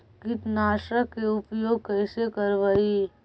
कीटनाशक के उपयोग कैसे करबइ?